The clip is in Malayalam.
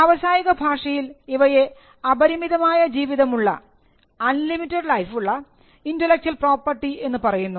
വ്യാവസായിക ഭാഷയിൽ ഇവയെ എന്നും നിലനിൽക്കുന്ന ഇന്റെലക്ച്വൽ പ്രോപ്പർട്ടി എന്നു പറയുന്നു